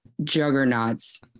Juggernauts